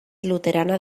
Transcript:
luterana